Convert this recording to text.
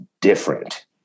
different